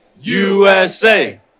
USA